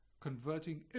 converting